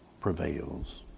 prevails